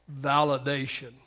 validation